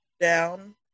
down